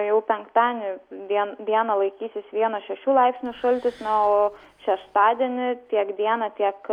jau penktadienį vien dieną laikysis vienas šešių laipsnių šaltis na o šeštadienį tiek dieną tiek